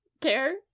Care